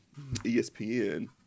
ESPN